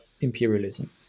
imperialism